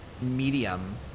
medium